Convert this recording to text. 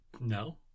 No